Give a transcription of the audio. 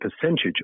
percentage